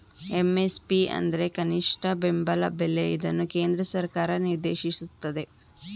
MSP ಅಂದ್ರೆ ಕನಿಷ್ಠ ಬೆಂಬಲ ಬೆಲೆ ಇದನ್ನು ಕೇಂದ್ರ ಸರ್ಕಾರ ನಿರ್ದೇಶಿಸುತ್ತದೆ